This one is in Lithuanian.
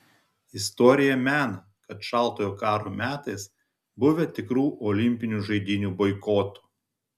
istorija mena kad šaltojo karo metais buvę tikrų olimpinių žaidynių boikotų